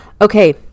Okay